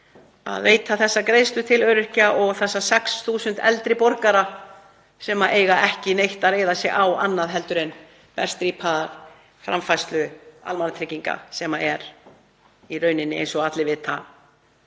að veita þessa greiðslu til öryrkja og þeirra 6.000 eldri borgara sem hafa ekki neitt að reiða sig á annað en berstrípaða framfærslu almannatrygginga sem er í rauninni eins og allir vita